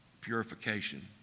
purification